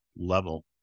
level